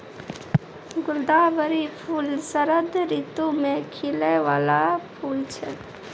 गुलदावरी फूल शरद ऋतु मे खिलै बाला फूल छै